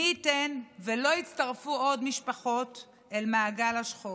מי ייתן ולא יצטרפו עוד משפחות אל מעגל השכול.